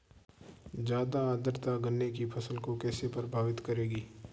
ज़्यादा आर्द्रता गन्ने की फसल को कैसे प्रभावित करेगी?